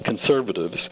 conservatives